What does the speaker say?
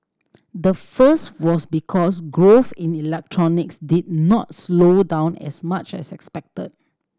the first was because growth in electronics did not slow down as much as expected